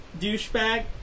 douchebag